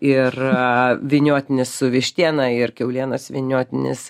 ir a vyniotinis su vištiena ir kiaulienos vyniotinis